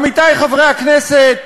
עמיתי חברי הכנסת,